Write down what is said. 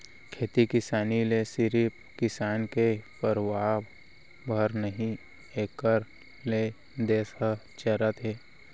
खेती किसानी ले सिरिफ किसान के परवार भर नही एकर ले देस ह चलत हे